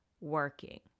working